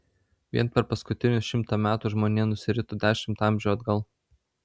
vien per paskutinius šimtą metų žmonija nusirito dešimt amžių atgal